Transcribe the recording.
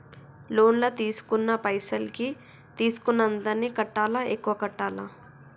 Loan లా తీస్కున్న పైసల్ కి తీస్కున్నంతనే కట్టాలా? ఎక్కువ కట్టాలా?